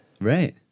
Right